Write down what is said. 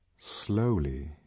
Slowly